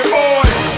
boys